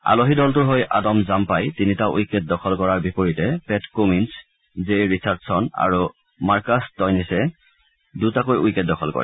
আলহী দলটোৰ হৈ আদম জাম্পাই তিনিটা উইকেট দখল কৰাৰ বিপৰীতে পেট কুমিনছ জে ৰিছাৰ্দছন আৰু মাৰ্কাছ ষ্টয়নিছে দুটাকৈ উইকেট দখল কৰে